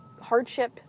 hardship